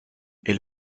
elle